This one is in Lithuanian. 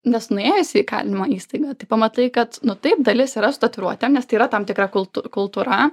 nes nuėjus į įkalinimo įstaigą tai pamatai kad nu taip dalis yra su tatuiruotėm nes tai yra tam tikra kultū kultūra